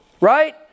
Right